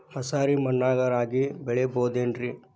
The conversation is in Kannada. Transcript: ಮಸಾರಿ ಮಣ್ಣಾಗ ರಾಗಿ ಬೆಳಿಬೊದೇನ್ರೇ?